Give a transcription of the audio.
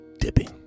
dipping